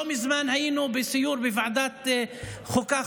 לא מזמן היינו בסיור של ועדת החוקה,